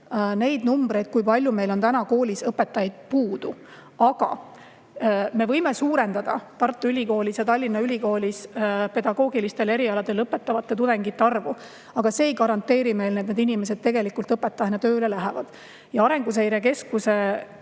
neid numbreid, kui palju meil on täna koolis õpetajaid puudu. Me võime suurendada Tartu Ülikoolis ja Tallinna Ülikoolis pedagoogilistel erialadel lõpetavate tudengite arvu, aga see ei garanteeri meile, et need inimesed tegelikult õpetajana tööle lähevad. Arenguseire Keskuse